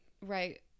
right